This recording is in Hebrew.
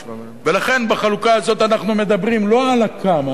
ולכן, בחלוקה הזאת אנחנו מדברים לא על ה"כמה".